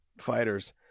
fighters